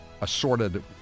assorted